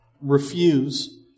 refuse